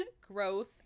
growth